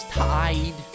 tied